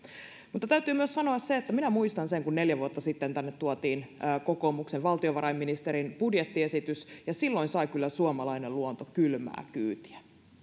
täytyy myös sanoa se että minä muistan sen kun neljä vuotta sitten tänne tuotiin kokoomuksen valtiovarainministerin budjettiesitys ja silloin sai kyllä suomalainen luonto kylmää kyytiä